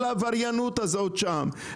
כל העבריינות הזאת שם.